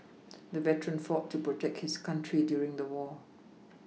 the veteran fought to protect his country during the war